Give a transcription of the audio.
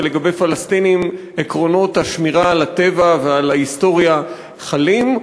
ולגבי פלסטינים עקרונות השמירה על הטבע ועל ההיסטוריה חלים,